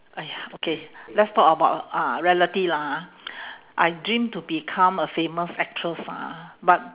!aiya! okay let's talk about uh reality lah ha I dream to become a famous actress ah but